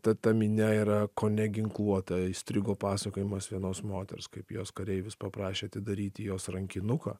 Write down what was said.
ta ta minia yra kone ginkluota įstrigo pasakojimas vienos moters kaip jos kareivis paprašė atidaryti jos rankinuką